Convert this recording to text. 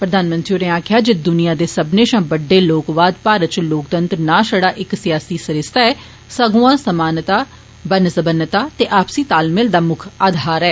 प्रधानमंत्री होरें आक्खेया जे दुनियां दे सब्बने पा बड्डे लोकवाद भात च लोकतंत्र न पड़ा इक्क सियासी सरिस्ता ऐ सगुआं समानता बन सबन्नता ते आपसी तालमेल दा मुक्ख आधार ऐ